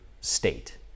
state